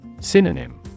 Synonym